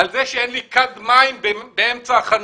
על זה שאין לי כד מים באמצע החנות.